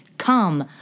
Come